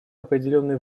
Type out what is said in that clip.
определенный